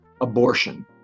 abortion